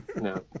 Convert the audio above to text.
no